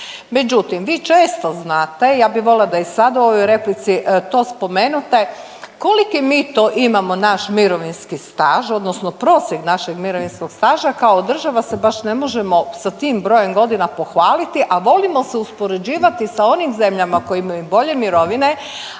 Međutim vi često znate, ja bi volila da i sad u ovoj replici to spomenete, koliki mi to imamo naš mirovinski staž odnosno prosjek našeg mirovinskog staža, kao država se baš ne možemo sa tim brojem godina pohvaliti, a volimo se uspoređivati sa onim zemljama koje imaju bolje mirovine,